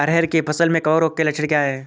अरहर की फसल में कवक रोग के लक्षण क्या है?